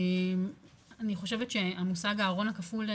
אני חושבת שהמושג הארון הכפול,